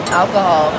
alcohol